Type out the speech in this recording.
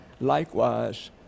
likewise